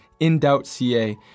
inDoubtCA